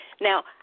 Now